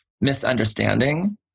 misunderstanding